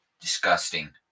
Disgusting